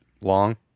long